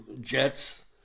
jets